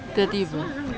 tiba-tiba